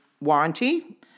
warranty